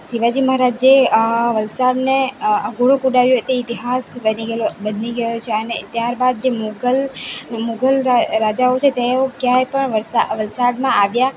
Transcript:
શિવાજી મહારાજે વલસાડને ઘોડો કુદાવ્યો તે ઈતિહાસ બની ગ્યો બદલી ગયો છે અને ત્યારબાદ જે મુગલ મુગલ રાજાઓ છે તેઓ ક્યાંય પણ વલસાડમાં આવ્યા